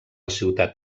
ciutat